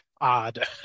odd